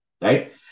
right